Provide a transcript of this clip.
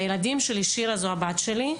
שירה זו הבית שלי.